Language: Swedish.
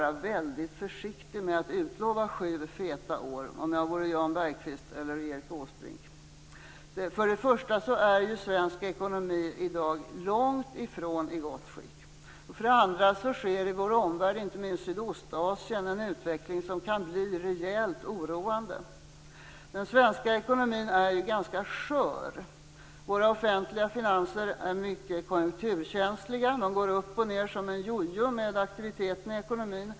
Jag skulle vara mycket försiktig med att utlova sju feta år om jag vore Jan Bergqvist eller Erik Åsbrink. För det första är svensk ekonomi i dag långt ifrån i gott skick. För det andra sker det i vår omvärld, inte minst i Sydostasien, en utveckling som kan bli rejält oroande. Den svenska ekonomin är ganska skör. Våra offentliga finanser är mycket konjunkturkänsliga. De går upp och ned som en jojo med aktiviteten i ekonomin.